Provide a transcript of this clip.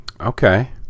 Okay